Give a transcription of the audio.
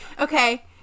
Okay